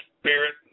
spirit